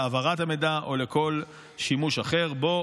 להעברת המידע או לכל שימוש אחר בו.